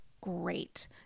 great